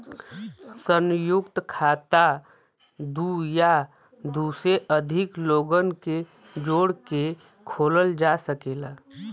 संयुक्त खाता दू या दू से अधिक लोगन के जोड़ के खोलल जा सकेला